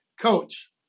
Coach